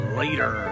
later